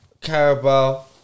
Carabao